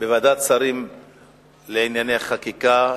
בוועדת השרים לענייני חקיקה,